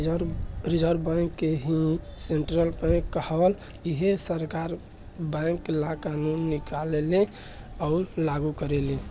reserve bank के ही त सेन्ट्रल बैंक कहाला इहे सारा बैंक ला कानून निकालेले अउर लागू करेले